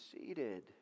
seated